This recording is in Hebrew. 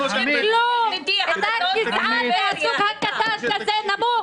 אתה בעצמך גזען כזה קטן ונמוך.